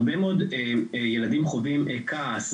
הרבה מאוד ילדים חווים כעס,